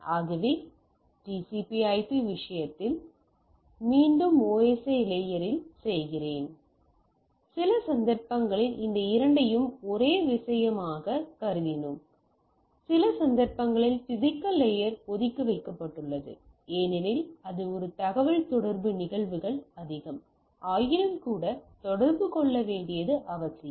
ஆகவே TCPIP விஷயத்தில் மீண்டும் OSI லேயரில் செய்கிறேன் சில சந்தர்ப்பங்களில் இந்த இரண்டையும் ஒரே விஷயமாக கருதினோம் சில சந்தர்ப்பங்களில் பிசிக்கல் லேயர் ஒதுக்கி வைக்கப்பட்டுள்ளது ஏனெனில் இது ஒரு தகவல் தொடர்பு நிகழ்வுகள் அதிகம் ஆயினும்கூட தொடர்பு கொள்ள வேண்டியது அவசியம்